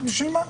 בשביל מה?